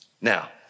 Now